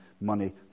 money